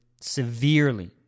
severely